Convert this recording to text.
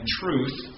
truth